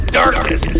darkness